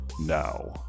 now